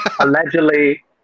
Allegedly